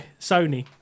Sony